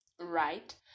Right